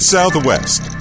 Southwest